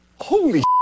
Holy